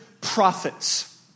prophets